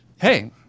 hey